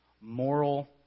moral